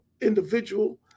individual